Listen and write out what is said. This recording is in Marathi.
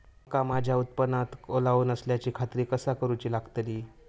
मका माझ्या उत्पादनात ओलावो नसल्याची खात्री कसा करुची लागतली?